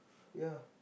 ya